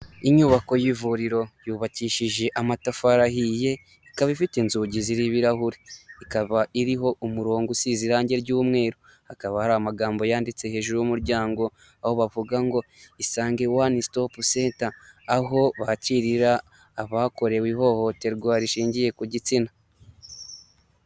Inyubako y'ivuriro yubakishije amatafari ahiye ikaba ifite inzugi ziriho ibirahure ikaba iriho umuryango usize irangi ry'umweru hakaba hari amagambo yanditse hejuru y'umuryango aho bavuga ngo isange wani sitopu senta aho bakirira abakorewe ihohoterwa rishingiye ku gitsina.